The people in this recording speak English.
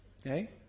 Okay